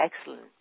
excellent